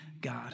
God